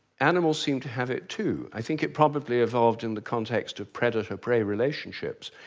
animals seem to have it too, i think it probably evolved in the context of predator prey relationships.